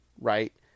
right